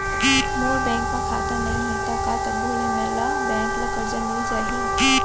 मोर bank म खाता नई हे त का तभो ले मोला बैंक ले करजा मिलिस जाही?